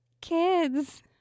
kids